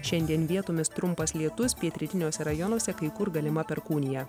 šiandien vietomis trumpas lietus pietrytiniuose rajonuose kai kur galima perkūnija